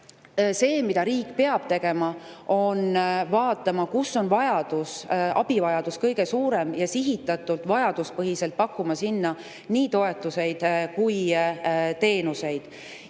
See, mida riik peab tegema, on vaadata, kus on abivajadus kõige suurem, ja sihitatult, vajaduspõhiselt pakkuma sinna nii toetusi kui ka teenuseid.